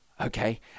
Okay